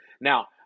now